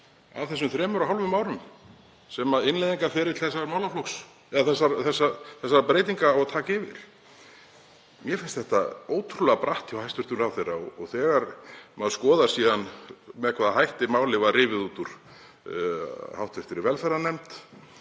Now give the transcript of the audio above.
af þessum þremur og hálfu árum sem innleiðingarferli þessara breytinga á að taka. Mér finnst þetta ótrúlega bratt hjá hæstv. ráðherra. Þegar maður skoðar síðan með hvaða hætti málið var rifið út úr hv. velferðarnefnd,